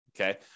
okay